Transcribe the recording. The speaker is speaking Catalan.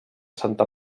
santa